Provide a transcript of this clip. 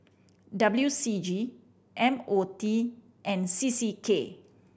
W C G M O T and C C K